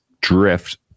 drift